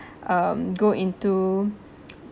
um go into